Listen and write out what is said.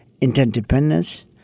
interdependence